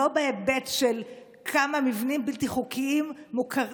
לא בהיבט של כמה מבנים בלתי חוקיים מוכרים